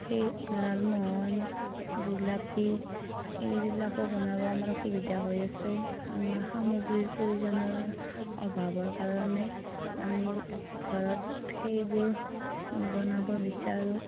সেই লালমোহন জিলাপি এইবিলাকো বনাবৰ আমাৰ অসুবিধা হৈ আছে আমাৰ সামগ্ৰীৰ প্ৰয়োজনৰ অভাৱৰ কাৰণে আমি ঘৰত সেইবোৰ বনাব বিচাৰোঁ